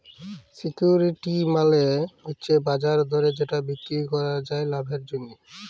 security মালে হচ্যে বাজার দরে যেটা বিক্রি করাক যায় লাভের জন্যহে